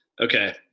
Okay